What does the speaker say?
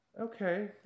Okay